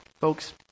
Folks